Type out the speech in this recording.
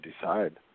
decide